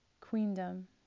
queendom